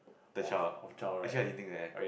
the child ah actually I didn't think that eh